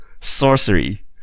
Sorcery